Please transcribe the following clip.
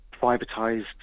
privatised